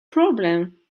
problem